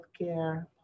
healthcare